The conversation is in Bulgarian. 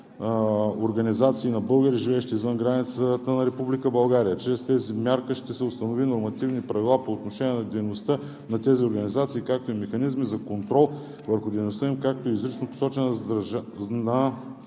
организации на българи, живеещи извън границите на Република България. Чрез тази мярка ще се установят нормативни правила по отношение на дейността на тези организации, както и механизми за контрол върху дейността им, както и изрично посочване на задължението